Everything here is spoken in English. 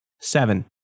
seven